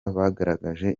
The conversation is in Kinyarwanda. bagaragaje